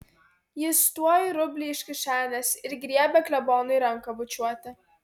jis tuoj rublį iš kišenės ir griebia klebonui ranką bučiuoti